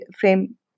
frame